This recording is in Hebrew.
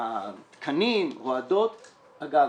אגב,